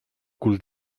cul